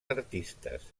artistes